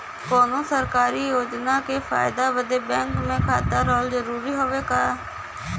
कौनो सरकारी योजना के फायदा बदे बैंक मे खाता रहल जरूरी हवे का?